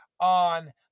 on